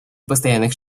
постоянных